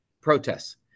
protests